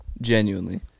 Genuinely